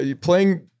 playing